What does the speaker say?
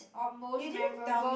or most memorable